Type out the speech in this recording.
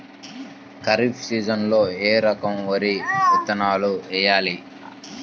ఖరీఫ్ సీజన్లో ఏ రకం వరి విత్తనాలు వేయాలి?